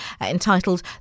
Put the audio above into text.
entitled